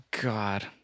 God